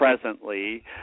Presently